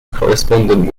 correspondent